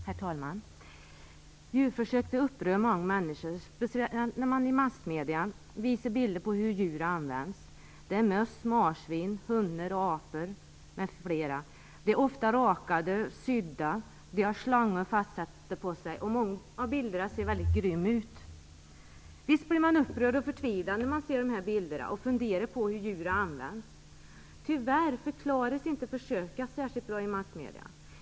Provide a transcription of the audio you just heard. Herr talman! Djurförsök upprör många människor, speciellt när man i massmedier visar bilder på hur djur används. Det är möss, marsvin, hundar, apor m.fl. som ofta är rakade, sydda och har slangar fastsatta på sig. Många av bilderna ser väldigt grymma ut. Visst blir man upprörd och förtvivlad när man ser bilderna, och man funderar över hur djuren används. Tyvärr förklaras inte försöken särskilt bra i massmedierna.